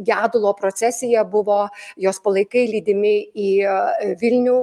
gedulo procesija buvo jos palaikai lydimi į vilnių